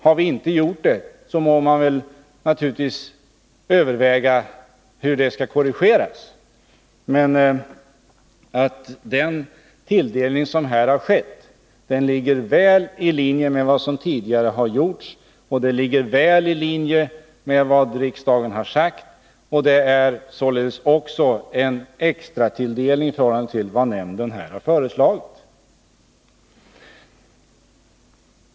Har vi inte gjort det må man naturligtvis överväga hur det skall korrigeras. Den tilldelning som det här är fråga om ligger emellertid väl i linje med vad som tidigare har gjorts, liksom också med vad riksdagen har uttalat. Och det är, som sagt, en extra tilldelning med tanke på vad nämnden föreslog.